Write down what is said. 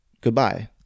goodbye